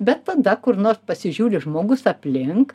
bet tada kur nors pasižiūri žmogus aplink